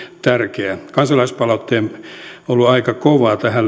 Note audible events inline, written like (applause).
tärkeä kansalaispalaute on ollut aika kovaa tähän (unintelligible)